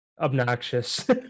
obnoxious